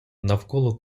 навколо